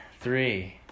Three